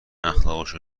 اخلاقشه